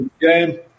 game